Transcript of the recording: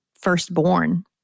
firstborn